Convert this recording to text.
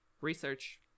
research